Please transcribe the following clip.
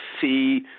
see